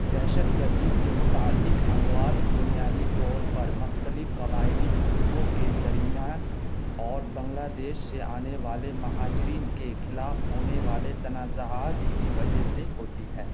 دہشت گردی سے متعلق اموات بنیادی طور پر مختلف قبائلی گروپوں کے درمیان اور بنگلہ دیش سے آنے والے مہاجرین کے خلاف ہونے والے تنازعات کی وجہ سے ہوتی ہیں